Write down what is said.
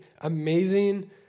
amazing